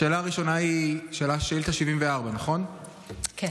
השאלה הראשונה היא שאילתה 74. לפני